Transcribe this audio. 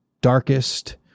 darkest